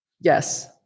Yes